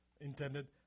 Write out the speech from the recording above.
intended